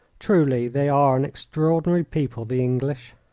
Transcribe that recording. truly, they are an extraordinary people, the english!